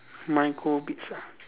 micro bits lah